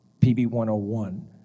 PB-101